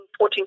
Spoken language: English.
14